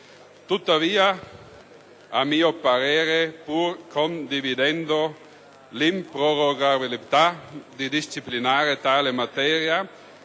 Tuttavia, a mio parere, pur condividendo l'improrogabilità di disciplinare tale materia,